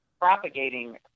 propagating